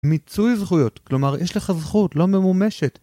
מיצוי זכויות, כלומר יש לך זכות לא ממומשת